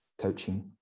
coaching